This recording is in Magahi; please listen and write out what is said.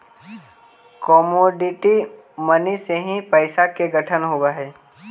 कमोडिटी मनी से ही पैसा के गठन होवऽ हई